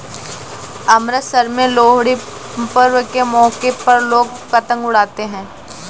अमृतसर में लोहड़ी पर्व के मौके पर लोग पतंग उड़ाते है